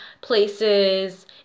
places